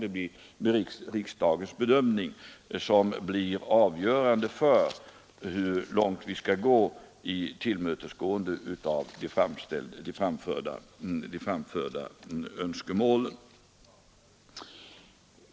Det är riksdagens bedömning som blir avgörande för hur långt vi skall gå i tillmötesgående av de framförda önskemålen.